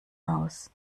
aus